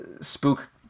spook